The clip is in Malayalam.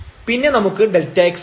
പിന്നെ നമുക്ക് Δx ഉണ്ട്